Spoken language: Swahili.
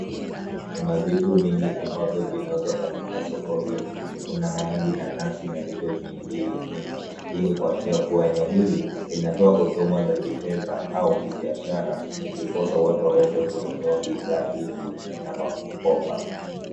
Kuna vitu vingi ambazo zinauzwa kwenye soko hili, kuna mahindi na nazi na vitu vingi eneo hili linatoa huduma za kifedha au kibiashara ndiposa watu waweze kununua bidhaa hizi ama kukopa.